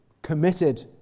Committed